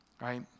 right